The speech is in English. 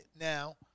Now